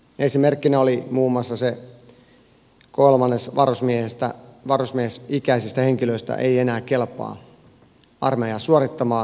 esimerkkinä oli muun muassa se että kolmannes varusmiesikäisistä henkilöistä ei enää kelpaa armeijaa suorittamaan